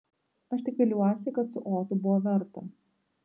aš tik viliuosi kad su otu buvo verta